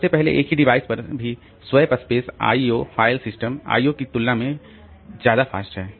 सबसे पहले एक ही डिवाइस पर भी swap space IO file system IO की तुलना में ज्यादा फास्ट है